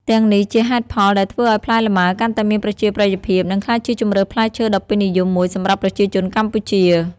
ទាំងនេះជាហេតុផលដែលធ្វើឱ្យផ្លែលម៉ើកាន់តែមានប្រជាប្រិយភាព និងក្លាយជាជម្រើសផ្លែឈើដ៏ពេញនិយមមួយសម្រាប់ប្រជាជនកម្ពុជា។